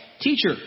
Teacher